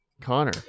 Connor